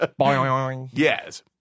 Yes